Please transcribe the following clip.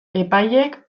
epaileek